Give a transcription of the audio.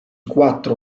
quattro